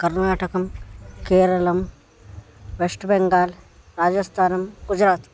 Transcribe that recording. कर्नाटकं केरलं वेश्ट् बेङ्गाल् राजस्तानं गुजरात्